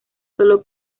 sólo